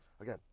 Again